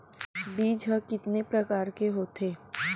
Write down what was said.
बीज ह कितने प्रकार के होथे?